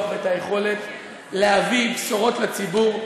הנקודה היא שלנו יש כוח ויכולת להביא בשורות לציבור,